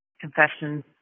Confessions